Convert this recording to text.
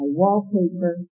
wallpaper